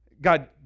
God